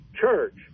church